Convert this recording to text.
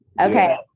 Okay